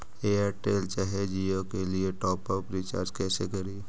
Airtel चाहे जियो के लिए टॉप अप रिचार्ज़ कैसे करी?